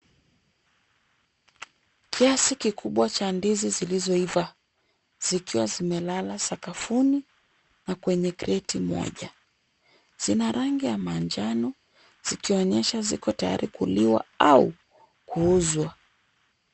Kiasi kikubwa cha ndizi zilizoiva. Zikiwa zimelala sakafuni, na kwenye kreti moja. Zina rangi ya manjano, zikionyesha ziko tayari kuliwa au kuuzwa.